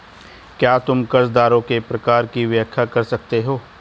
क्या तुम कर्जदारों के प्रकार की व्याख्या कर सकते हो?